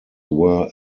were